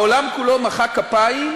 העולם כולו מחא כפיים,